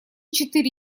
четыре